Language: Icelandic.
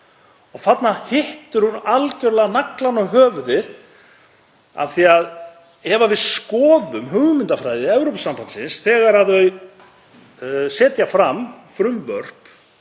Þarna hittir hún algerlega naglann á höfuðið því að ef við skoðum hugmyndafræði Evrópusambandsins þegar þau setja fram frumvörp